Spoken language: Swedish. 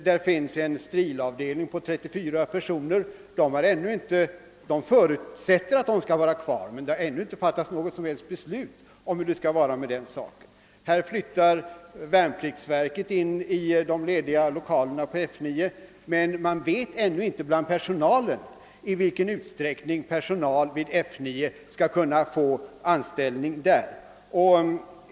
Där finns t.ex. en Strilavdelning med 34 personer anställda; de förutsätter att de skall få vara kvar, men ännu har det inte fattats något beslut om den saken. Värnpliktsverket flyttar in i de lediga lokalerna på F 9, men man vet ännu inte bland personalen i vilken utsträck ning anställda vid F 9 skall kunna få arbete där.